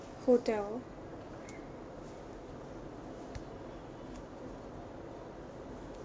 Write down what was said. hotel